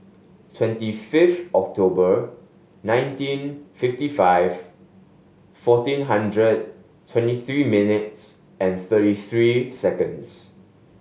twenty fifth October nineteen fifty five fourteen hundred twenty three minutes and thirty three seconds